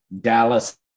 Dallas